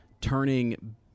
turning